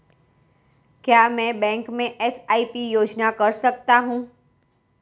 क्या मैं बैंक में एस.आई.पी योजना कर सकता हूँ?